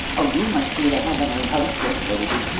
oh you must be the heavenly hostess baby,